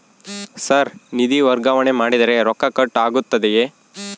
Sir ನಿಧಿ ವರ್ಗಾವಣೆ ಮಾಡಿದರೆ ರೊಕ್ಕ ಕಟ್ ಆಗುತ್ತದೆಯೆ?